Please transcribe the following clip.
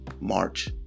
march